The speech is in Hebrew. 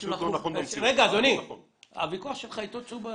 אנחונ לא רוצים לכוף פה.